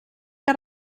que